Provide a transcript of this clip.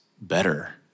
better